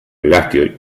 lácteos